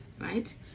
right